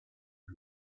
the